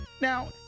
Now